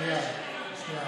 שנייה.